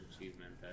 achievement